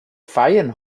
feiern